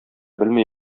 белми